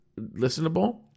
listenable